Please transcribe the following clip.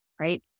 Right